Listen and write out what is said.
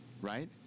right